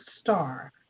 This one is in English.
star